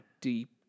deep